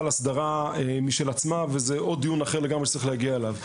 הסדרה משל עצמה וזה עוד דיון אחר לגמרי שצריך להגיע אליו.